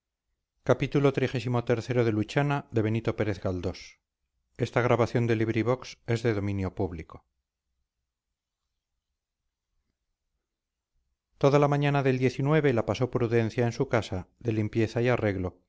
toda la mañana del la pasó prudencia en su casa de limpieza y arreglo